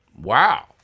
Wow